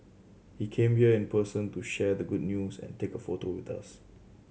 he came here in person to share the good news and take a photo with us